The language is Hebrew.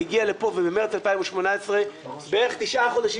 היא הגיעה במרץ 2018. בערך תשעה חודשים